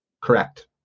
Correct